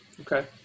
Okay